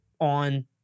on